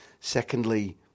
Secondly